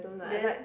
then